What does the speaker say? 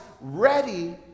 ready